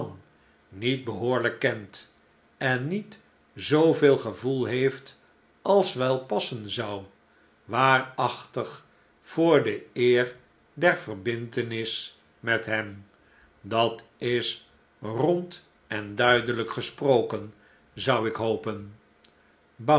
niet behoorlijk kent en niet zooveel gevoel heeft als wel passen zou waarachtig voor de eer der verbintenis met hem dat is mijnheer bounderby over incompatibiliteit rond en duidelijk gesproken zou ik hopen